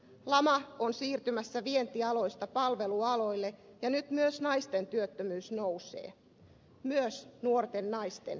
lama on siirtymässä vientialoista palvelualoille ja nyt myös naisten työttömyys nousee myös nuorten naisten työttömyys nousee